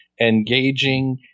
engaging